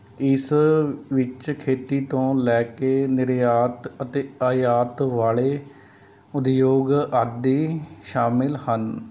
ਇਸ ਵਿੱਚ ਖੇਤੀ ਤੋਂ ਲੈ ਕੇ ਨਿਰਯਾਤ ਅਤੇ ਆਯਾਤ ਵਾਲੇ ਉਦਯੋਗ ਆਦਿ ਸ਼ਾਮਿਲ ਹਨ